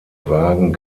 wagen